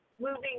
moving